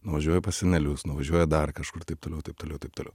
nuvažiuoja pas senelius nuvažiuoja dar kažkur taip toliau taip toliau taip toliau